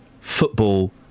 Football